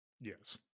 yes